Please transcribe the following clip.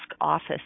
office